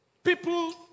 People